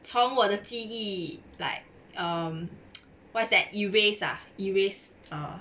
从我的记忆 like um what's that erased erased